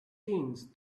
things